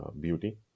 beauty